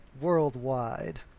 worldwide